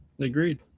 Agreed